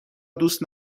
دوست